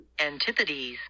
Antipodes